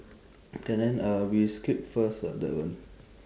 can then uh we skip first uh that one